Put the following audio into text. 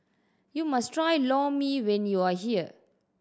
you must try Lor Mee when you are here